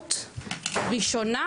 הזדמנות ראשונה